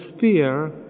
fear